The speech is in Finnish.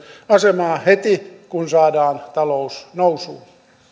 asemaa heti kun saadaan talous nousuun